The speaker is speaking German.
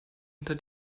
unter